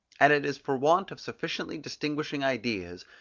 and it is for want of sufficiently distinguishing ideas,